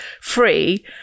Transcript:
free